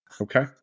Okay